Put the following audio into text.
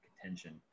contention